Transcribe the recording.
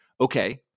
Okay